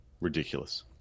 Ridiculous